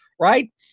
right